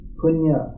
punya